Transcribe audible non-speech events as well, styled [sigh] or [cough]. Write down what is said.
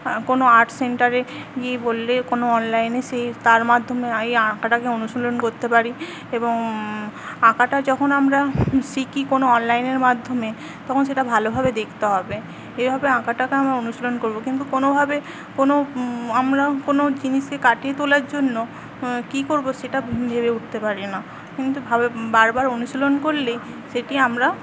কোনো আর্ট সেন্টারে [unintelligible] বললে কোনো অনলাইনে সেই তার মধ্যমে এই আঁকাটাকে অনুশীলন করতে পারি এবং আঁকাটা যখন আমরা শিখি কোনো অনলাইনের মাধ্যমে তখন সেটা ভালোভাবে দেখতে হবে এইভাবে আঁকাটাকে আমরা অনুশীলন করবো কিন্তু কোনোভাবে কোনো আমরাও কোনো জিনিসকে কাটিয়ে তোলার জন্য কী করবো সেটা ভেবে উঠতে পারিনা কিন্তু ভাবে বারবার অনুশীলন করলেই সেটি আমরা